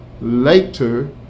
later